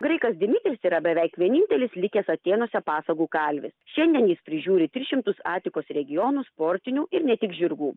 graikas dimitis yra beveik vienintelis likęs atėnuose pasagų kalvis šiandien jis prižiūri tris šimtus atikos regionų sportinių ir ne tik žirgų